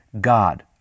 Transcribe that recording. God